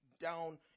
down